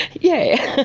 yeah,